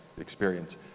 experience